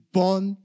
born